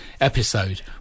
episode